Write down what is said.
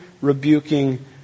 rebuking